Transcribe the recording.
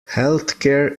healthcare